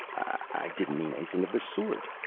i didn't mean anything of the sort,